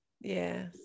yes